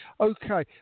Okay